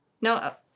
No